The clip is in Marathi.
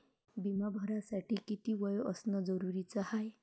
बिमा भरासाठी किती वय असनं जरुरीच हाय?